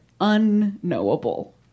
unknowable